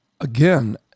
Again